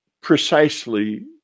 precisely